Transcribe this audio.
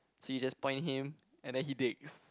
so you just point him and then he digs